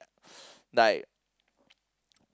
like